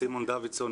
סימון דוידסון,